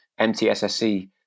MTSSC